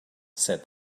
said